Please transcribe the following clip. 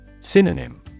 Synonym